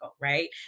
right